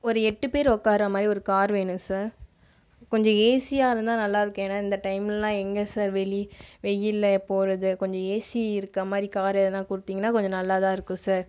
ஒரு எட்டு பேர் உட்கார்ற மாதிரி ஒரு கார் வேணும் சார் கொஞ்சம் ஏஸியாக இருந்தால் நல்லா இருக்கும் ஏன்னா இந்த டைம்லலாம் எங்கே சார் வெளி வெயில்ல போவது கொஞ்சம் ஏசி இருக்கிற மாதிரி கார் எதுனா கொடுத்திங்கன்னா கொஞ்சம் நல்லா தான் இருக்கும் சார்